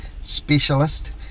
specialist